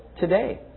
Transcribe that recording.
today